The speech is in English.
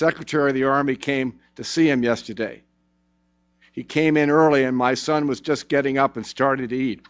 secretary of the army came to see him yesterday he came in early and my son was just getting up and started to eat